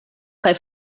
kaj